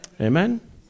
Amen